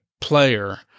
player